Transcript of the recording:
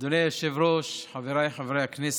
אדוני היושב-ראש, חבריי חברי הכנסת,